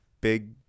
big